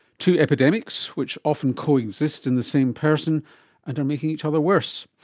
two epidemics which often coexist in the same person and are making each other worse.